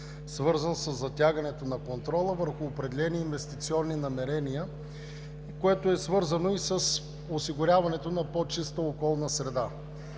свързана със затягането на контрола върху определени инвестиционни намерения, което е свързано и с осигуряването на по-чиста околна среда.